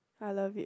I love it